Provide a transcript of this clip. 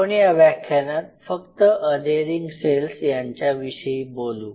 आपण या व्याख्यानात फक्त अधेरिंग सेल्स यांच्याविषयी बोलू